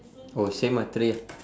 oh same ah three